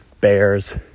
bears